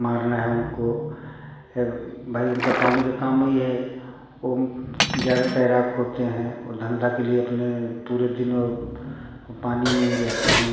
मारना है उनको भाई उनका पानी का कामे इहे है ज़्यादा तैराक होते हैं वो धंधा के लिए अपने पूरे दिन और पानी में ही रहते हैं